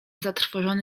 zatrwożony